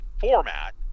format